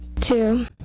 Two